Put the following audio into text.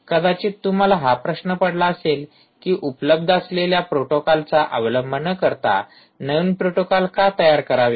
कदाचित तुम्हाला हा प्रश्न पडला असेल कि उपलब्ध असलेल्या प्रोटोकॉलचा अवलंब न करता नवीन प्रोटोकॉल का तयार करावे